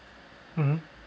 mmhmm